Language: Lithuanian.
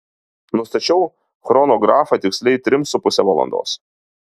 nustačiau chronografą tiksliai trim su puse valandos